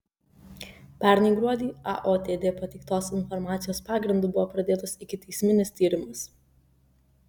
pernai gruodį aotd pateiktos informacijos pagrindu buvo pradėtas ikiteisminis tyrimas